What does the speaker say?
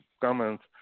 comments